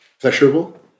pleasurable